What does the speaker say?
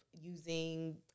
using